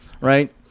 right